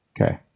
Okay